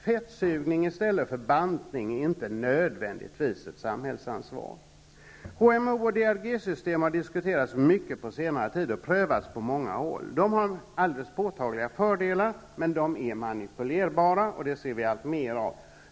Fettsugning i stället för bantning är inte nödvändigtvis ett samhällsansvar. HMO och DRG-system har diskuterats mycket på senare tid och prövats på många håll. De har påtagliga fördelar, men de är manipulerbara, vilket vi ser alltmer av.